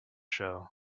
show